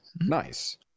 nice